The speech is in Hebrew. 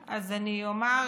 בכלל, כמה עולה דבר כזה?